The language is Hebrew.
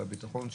בביטחון,